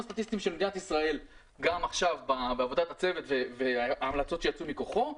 הסטטיסטיים של מדינת ישראל בעבודת הצוות וההמלצות שיצאו מכוחו.